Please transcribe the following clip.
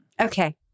Okay